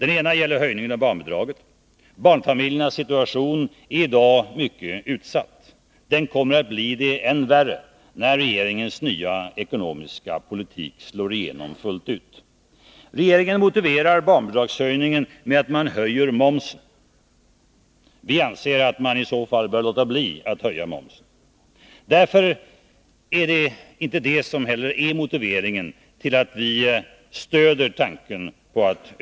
En sådan gäller höjningen av barnbidraget. Barnfamiljernas situation är i dag mycket utsatt. Den kommer att bli det än värre, när regeringens nya ekonomiska politik slår igenom fullt ut. Regeringen motiverar barnbidragshöjningen med att man höjer momsen. Vi anser att man bör låta bli att höja momsen. Därför är inte detta för oss en motivering för att höja barnbidraget.